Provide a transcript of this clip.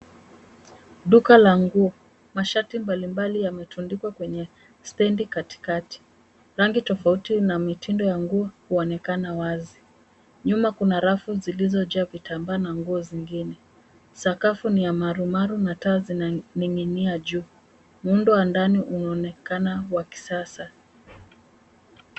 Duka la nguo. Mashati mbalimbali yametundikwa kwenye stendi katikati. Rangi tofauti na mitindo ya nguo huonekana wazi. Nyuma kuna rafu zilizojaa vitambaa na nguo zingine. Sakafu ni ya marumaru na taa zinaning'inia juu. Muundo wa ndani unaonekana wa kisasa.